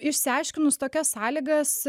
išsiaiškinus tokias sąlygas